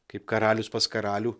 kaip karalius pas karalių